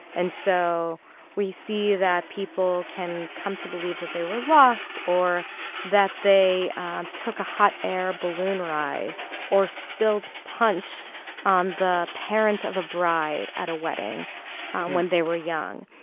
and so we see that people can come to believe that they were lost or that they took a hot air balloon ride or spilled punch on the parents of a bride at a wedding when they were young.